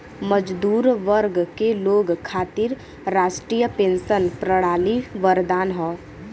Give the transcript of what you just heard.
मजदूर वर्ग के लोग खातिर राष्ट्रीय पेंशन प्रणाली वरदान हौ